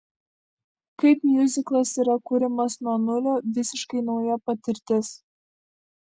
kaip miuziklas yra kuriamas nuo nulio visiškai nauja patirtis